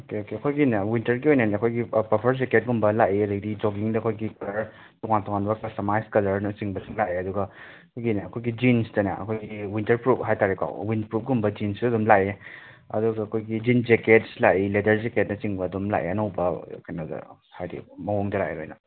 okay okay ꯑꯩꯈꯣꯏꯒꯤꯅꯦ ꯋꯤꯟꯇꯔꯒꯤ ꯑꯣꯏꯅꯅꯦ ꯑꯩꯈꯣꯏꯒꯤ ꯄꯐꯐꯔ ꯖꯦꯛꯀꯦꯠꯀꯨꯝꯕ ꯂꯥꯛꯏ ꯑꯗꯩꯗꯤ ꯖꯣꯒꯤꯡꯗ ꯑꯩꯈꯣꯏꯒꯤ ꯇꯣꯡꯉꯥꯟ ꯇꯣꯡꯉꯥꯟꯕ ꯀꯁꯇꯃꯥꯏ꯭ꯖ ꯀꯂꯔꯅꯆꯤꯡꯕꯁꯨ ꯂꯥꯛꯑꯦ ꯑꯗꯨꯒ ꯑꯩꯈꯣꯏꯒꯤꯅꯦ ꯑꯩꯈꯣꯏꯒꯤ ꯖꯤꯟ꯭ꯁꯇꯅꯦ ꯑꯩꯈꯣꯏꯒꯤ ꯋꯤꯟꯇꯔ ꯄ꯭ꯔꯨꯞ ꯍꯥꯏꯇꯥꯔꯦꯀꯣ ꯋꯤꯟ ꯄ꯭ꯔꯨꯐꯀꯨꯝꯕ ꯖꯤꯟ꯭ꯁꯁꯨ ꯑꯗꯨꯝ ꯂꯥꯛꯑꯦ ꯑꯗꯨꯒ ꯑꯩꯈꯣꯏꯒꯤ ꯖꯤꯟ ꯖꯦꯛꯀꯦꯠ꯭ꯁ ꯂꯥꯛꯏ ꯂꯦꯗꯔ ꯖꯦꯛꯀꯦꯠꯅꯆꯤꯡꯕ ꯑꯗꯨꯝ ꯂꯥꯛꯑꯦ ꯑꯅꯧꯕ ꯀꯩꯅꯣꯗ ꯍꯥꯏꯗꯤ ꯃꯋꯣꯡꯗ ꯂꯥꯛꯑꯦ ꯂꯣꯏꯅ